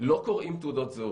לא קוראים תעודות זהות.